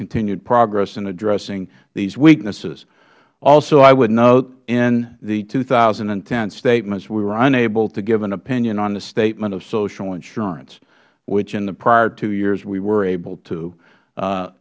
continued progress in addressing these weaknesses also i would note in the two thousand and ten statements we were unable to give an opinion on the statement of social insurance which in the prior two years we were able to